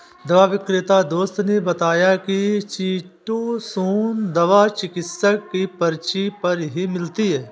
दवा विक्रेता दोस्त ने बताया की चीटोसोंन दवा चिकित्सक की पर्ची पर ही मिलती है